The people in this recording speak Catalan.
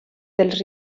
dels